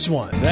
one